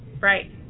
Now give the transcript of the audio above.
Right